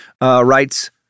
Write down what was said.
writes